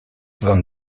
von